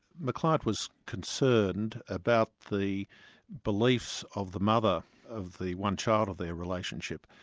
my client was concerned about the beliefs of the mother of the one child of their relationship,